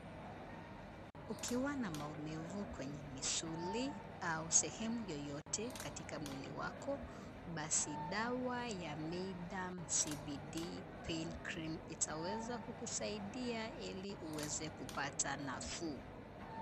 Ukiwa na maumivu kwenye misuli au sehemu yoyote katika mwili wako, basi dawa ya myaderm cbd pain cream itaweza kukusaidia ili uweze kupata nafuu.